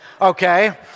okay